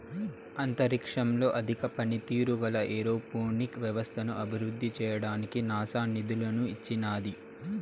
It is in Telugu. అంతరిక్షంలో అధిక పనితీరు గల ఏరోపోనిక్ వ్యవస్థను అభివృద్ధి చేయడానికి నాసా నిధులను ఇచ్చినాది